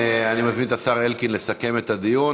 אני מזמין את השר אלקין לסכם את הדיון,